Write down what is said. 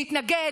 להתנגד,